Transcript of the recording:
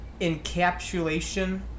encapsulation